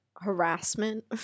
harassment